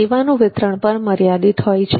સેવાનું વિતરણ પણ મર્યાદિત હોય છે